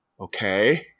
Okay